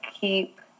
keep